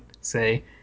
say